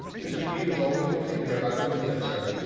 mr. hume was always particular about closing up, sir.